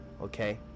Okay